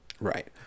right